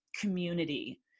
community